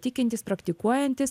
tikintys praktikuojantys